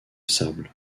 sable